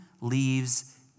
leaves